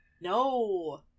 No